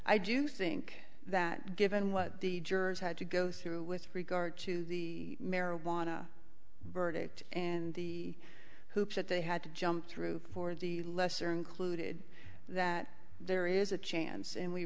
i do think that given what the jurors had to go through with regard to the marijuana verdict and the hoops that they had to jump through for the lesser included that there is a chance and we